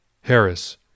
Harris